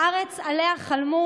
בארץ שעליה חלמו